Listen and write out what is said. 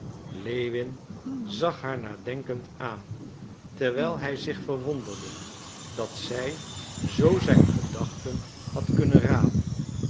lewin zag haar nadenkend aan terwijl hij zich verwonderde dat zij zoo zijn gedachten had kunnen raden